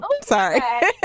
sorry